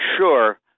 sure